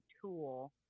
tool